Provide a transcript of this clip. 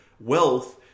wealth